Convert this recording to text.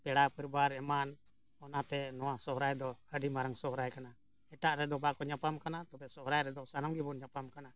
ᱯᱮᱲᱟ ᱯᱚᱨᱤᱵᱟᱨ ᱮᱢᱟᱱ ᱚᱱᱟᱛᱮ ᱱᱚᱣᱟ ᱥᱚᱦᱨᱟᱭ ᱫᱚ ᱟᱹᱰᱤ ᱢᱟᱨᱟᱝ ᱥᱚᱦᱨᱟᱭ ᱠᱟᱱᱟ ᱮᱴᱟᱜ ᱨᱮᱫᱚ ᱵᱟᱠᱚ ᱧᱟᱯᱟᱢ ᱠᱟᱱᱟ ᱛᱚᱵᱮ ᱥᱚᱦᱨᱟᱭ ᱨᱮᱫᱚ ᱥᱟᱱᱟᱢ ᱜᱮᱵᱚᱱ ᱧᱟᱯᱟᱢ ᱠᱟᱱᱟ